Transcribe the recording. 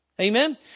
Amen